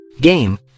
game